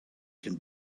can